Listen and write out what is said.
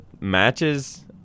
matches